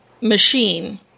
machine